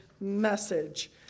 message